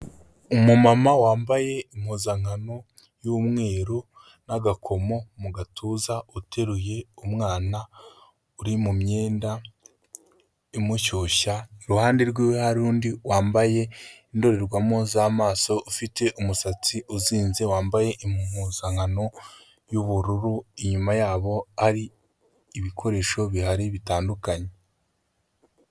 Umu mama wambaye impuzankano y'umweru n'agakomo mu gatuza uteruye umwana uri mu myenda imushyushya, iruhande rw'iwe hari undi wambaye indorerwamo z'amaso ufite umusatsi uzinze wambaye impuzankano y'ubururu, inyuma yabo ari ibikoresho bihari bitandukanye.